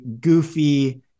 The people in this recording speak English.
goofy